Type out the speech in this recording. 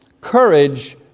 Courage